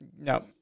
No